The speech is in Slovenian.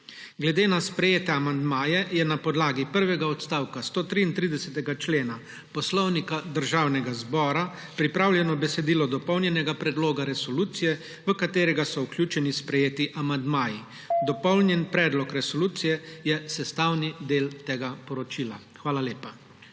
Glede na sprejete amandmaje je na podlagi prvega odstavka 133. člena Poslovnika Državnega zbora pripravljeno besedilo dopolnjenega predloga resolucije, v katerega so vključeni sprejeti amandmaji. Dopolnjeni predlog resolucije je sestavni del tega poročila. Hvala lepa.